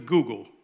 Google